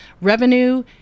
revenue